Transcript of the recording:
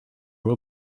will